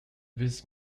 this